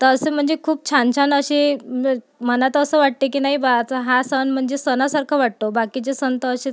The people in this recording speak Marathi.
तर असं म्हणजे खूप छानछान अशी मला तर असं वाटते की नाही बा आता हा सण म्हणजे सणासारखा वाटतो बाकीचे सण तर असेच